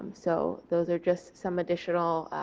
so those are just some additional